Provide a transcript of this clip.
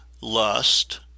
lust